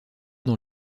dans